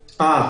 לצערי,